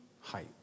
height